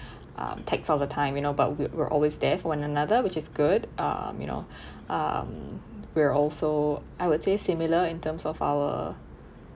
um text all the time you know but we we're always there for one another which is good um you know um we're also I would say similar in terms of our